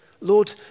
Lord